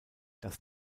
das